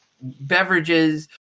beverages